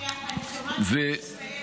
אני שומעת שאתה מסתייג.